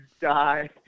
die